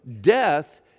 death